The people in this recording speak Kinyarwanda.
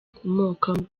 ukomokamo